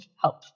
help